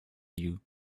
you